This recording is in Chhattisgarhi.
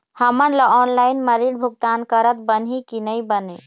हमन ला ऑनलाइन म ऋण भुगतान करत बनही की नई बने?